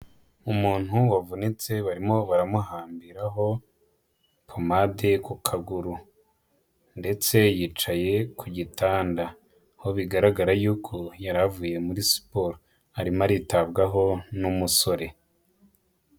Umuntu wavunitse barimo baramuhambiraho pomade ku kaguru, ndetse yicaye ku gitanda aho bigaragara yuko yari avuye muri siporo.